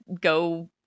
go